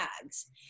tags